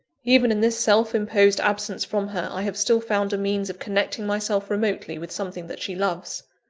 even in this self-imposed absence from her, i have still found a means of connecting myself remotely with something that she loves.